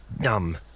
dumb